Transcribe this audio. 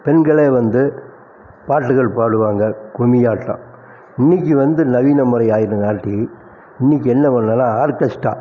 பெண்களே வந்து பாட்டுகள் பாடுவாங்க கும்மியாட்டம் இன்னிக்கு வந்து நவீன முறை ஆகிடங்காட்டி இன்னிக்கு என்ன பண்ணாலும் ஆர்கெஸ்ட்டா